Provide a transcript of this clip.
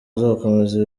uzakomeza